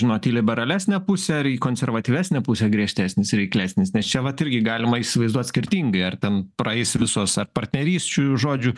žinot į liberalesnę pusę ar į konservatyvesnę pusę griežtesnis reiklesnis nes čia vat irgi galima įsivaizduot skirtingai ar ten praeis visos ar partnerysčių žodžių